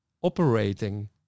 operating